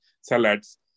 salads